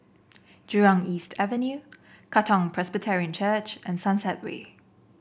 Jurong East Avenue Katong Presbyterian Church and Sunset Way